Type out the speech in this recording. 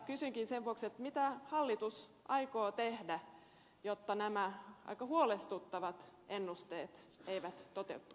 kysynkin sen vuoksi mitä hallitus aikoo tehdä jotta nämä aika huolestuttavat ennusteet eivät toteutuisi